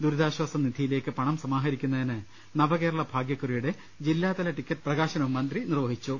ദുരിതാശ്വാസ നിധിയിലേക്ക് പണം സമാഹരിക്കുന്നതിന് നവകേരള ഭാഗ്യക്കുറിയുടെ ജില്ലാതല ടിക്കറ്റ് പ്രകാശ നവും മന്ത്രി നിർവ്വഹിച്ചു